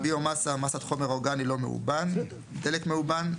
"ביומסה" - מסת חומר אורגני לא מאובן; "דלק מאובן"